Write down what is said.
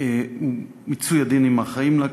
הדלקה ומיצוי הדין עם האחראים לה.